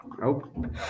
Nope